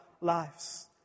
lives